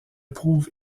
prouve